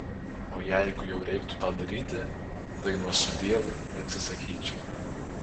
o jeigu jau reiktų tą daryti tai nuo sudiev neatsisakyčiau